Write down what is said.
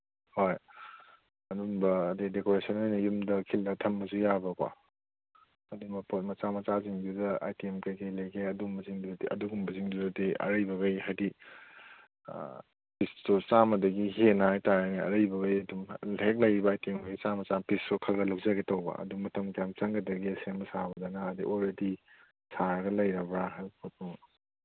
ꯍꯣꯏ ꯑꯗꯨꯝꯕ ꯑꯗꯒꯤ ꯗꯣꯀꯣꯔꯦꯁꯟ ꯑꯣꯏꯅ ꯌꯨꯝꯗ ꯈꯤꯜꯂ ꯊꯝꯕꯁꯨ ꯌꯥꯕꯀꯣ ꯑꯗꯨꯝꯕ ꯄꯣꯠ ꯃꯆꯥ ꯃꯆꯥꯁꯤꯡꯁꯤꯗ ꯑꯥꯏꯇꯦꯝ ꯀꯔꯤ ꯀꯔꯤ ꯂꯩꯒꯦ ꯑꯗꯨꯒꯨꯝꯕꯁꯤꯡꯗꯨꯗꯗꯤ ꯑꯔꯩꯕꯈꯩ ꯍꯥꯏꯗꯤ ꯄꯤꯁꯇꯣ ꯆꯥꯝꯃꯗꯒꯤ ꯍꯦꯟꯅ ꯍꯥꯏ ꯇꯥꯔꯦꯅꯦ ꯑꯔꯩꯕꯈꯩ ꯑꯗꯨꯝ ꯍꯦꯛ ꯂꯩꯔꯤꯕ ꯑꯥꯏꯇꯦꯝꯈꯩ ꯆꯥꯝꯃ ꯆꯥꯝꯃ ꯄꯤꯁꯇꯣ ꯈꯔ ꯈꯔ ꯂꯧꯖꯒꯦ ꯇꯧꯕ ꯑꯗꯨ ꯃꯇꯝ ꯀꯌꯥꯝ ꯆꯪꯒꯗꯒꯦ ꯁꯦꯝꯕ ꯁꯥꯕꯗꯅ ꯑꯗꯒꯤ ꯑꯣꯜꯔꯦꯗꯤ ꯁꯥꯔꯒ ꯂꯩꯔꯕ꯭ꯔꯥ ꯍꯥꯏꯕ ꯄꯣꯠꯇꯨ